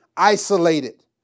isolated